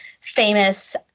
famous